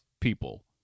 people